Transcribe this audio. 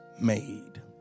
made